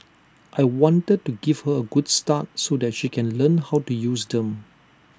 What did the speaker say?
I wanted to give her A good start so that she can learn how to use them